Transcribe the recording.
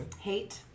Hate